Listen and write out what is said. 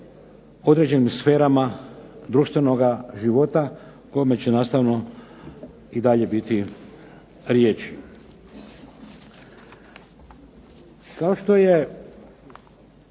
određenim sferama društvenoga života o kojemu će nastavno i dalje biti riječi. Kao što je